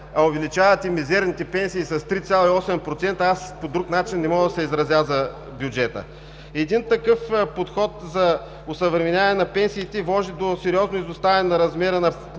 а увеличавате мизерните пенсии с 3,8%. Аз по друг начин не мога да се изразя за бюджета. Един такъв подход за осъвременяване на пенсиите води до сериозно изоставане на размера на